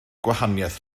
gwahaniaeth